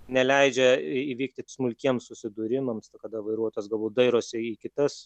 neleidžia įvykti smulkiems susidūrimams kada vairuotas galbūt dairosi į kitas